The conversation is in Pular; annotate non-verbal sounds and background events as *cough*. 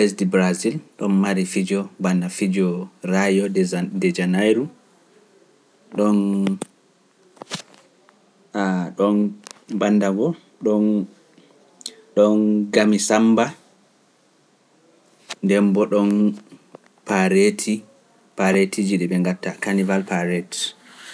*noise* Bɓesdi brazil ɗum mari fijo ɓanna fijo rayo dejan dejanayru ɗon ɗon bannda ngo, ɗon ɗon gami samba ndembo ɗon paareti paareti ji ɗi ɓe gatta kannibal paareti.